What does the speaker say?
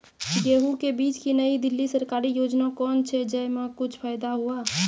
गेहूँ के बीज की नई दिल्ली सरकारी योजना कोन छ जय मां कुछ फायदा हुआ?